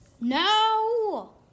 No